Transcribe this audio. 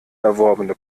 erworbene